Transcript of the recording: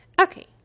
Okay